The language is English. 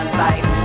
life